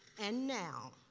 and now,